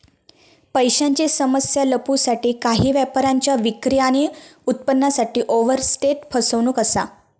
पैशांची समस्या लपवूसाठी काही व्यापाऱ्यांच्या विक्री आणि उत्पन्नासाठी ओवरस्टेट फसवणूक असा